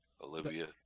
Olivia